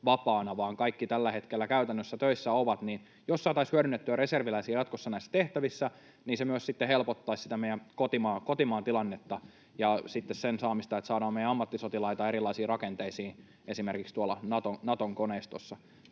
vaan kaikki tällä hetkellä käytännössä töissä ovat, niin jos saataisiin hyödynnettyä reserviläisiä jatkossa näissä tehtävissä, niin se myös sitten helpottaisi sitä meidän kotimaan tilannetta ja sen saamista, että saadaan meidän ammattisotilaita erilaisiin rakenteisiin, esimerkiksi tuolla Naton koneistossa.